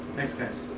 thanks guys!